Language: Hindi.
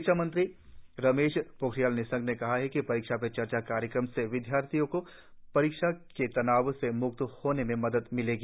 शिक्षामंत्री रमेश पोखरियाल निशंक ने कहा है कि परीक्षा पे चर्चा कार्यक्रम से विद्यार्थियों को परीक्षा के तनाव से मुक्त होने में मदद मिलेगी